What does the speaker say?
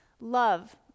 love